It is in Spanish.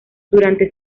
durante